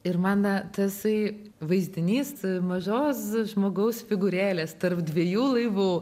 ir man tasai vaizdinys mažos žmogaus figūrėlės tarp dviejų laivų